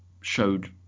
showed